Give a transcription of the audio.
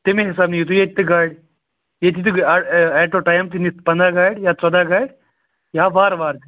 تَمے حساب نِیِو تُہۍ ییٚتہِ تہِ گاڑِ ییٚتہِ تہِ ایٹ اےٚ ٹایِم تہِ نِتھ پنٛداہ گاڑِ یا ژۄداہ گاڑِ یا وارٕ وارٕ